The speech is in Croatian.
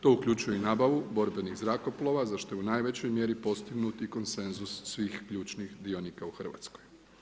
To uključuje i nabavu novih borbenih zrakoplova za što je u najvećoj mjeri postignut i konsenzus svih ključnih dionika u Hrvatskoj.